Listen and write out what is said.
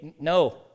no